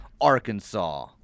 Arkansas